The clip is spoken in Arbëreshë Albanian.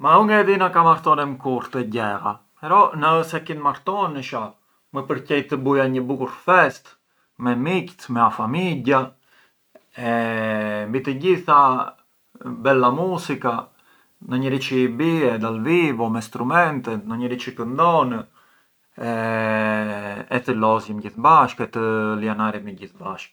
Ma u ngë e di na ka martonem kurrë te gjeha, però na ë se kit’ martonesha më përqej të buja një bukur fest me miqt, me a famigja e mbi të gjitha bella musica, ndo njeri çë i bie dal vivo me strumentet, ndo njeri çë këndon e të lozjëm gjithë bashkë e të lianaremi gjithë bashkë.